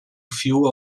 fio